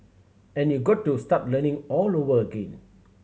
and you got to start learning all over again